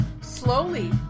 slowly